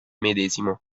medesimo